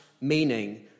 meaning